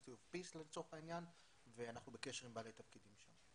of Peace לצורך העניין ואנחנו בקשר עם בעלי תפקידים שם.